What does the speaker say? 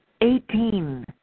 Eighteen